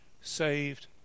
saved